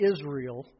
Israel